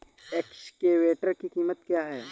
Excavator की कीमत क्या है?